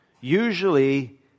usually